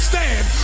stand